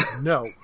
No